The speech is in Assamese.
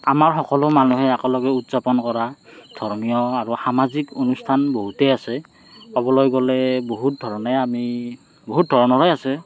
আমাৰ সকলো মানুহে একেলগে উদযাপন কৰা ধৰ্মীয় আৰু সামাজিক অনুষ্ঠান বহুতেই আছে ক'বলৈ গ'লে বহুত ধৰণে আমি বহুত ধৰণৰে আছে